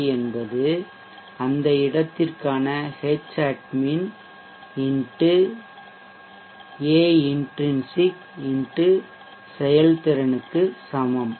we என்பது அந்த இடத்திற்கான ஹெட்ச்அட்மின் xஏஇன்ட்ரின்சிக் X செயல்திறனுக்கு சமம்